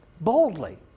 Boldly